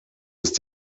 ist